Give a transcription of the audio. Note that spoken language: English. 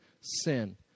sin